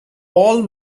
all